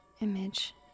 image